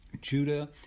Judah